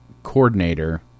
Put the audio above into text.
Coordinator